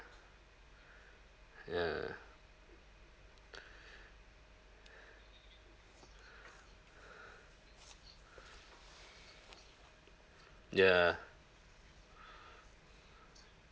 ya ya